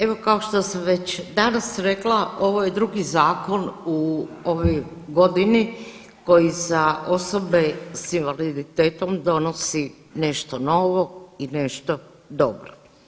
Evo kao što sam već danas rekla ovo je drugi zakon u ovoj godini koji za osobe s invaliditetom donosi nešto novo i nešto dobro.